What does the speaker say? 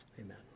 amen